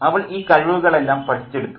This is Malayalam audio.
അവൾ ഈ കഴിവുകളെല്ലാം പഠിച്ചെടുത്തു